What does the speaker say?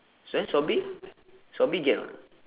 then sobri sobri get or not